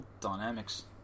dynamics